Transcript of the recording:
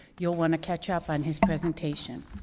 you'll want to catch up on his presentation.